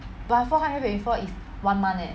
but for four hundred and fifty four is one month leh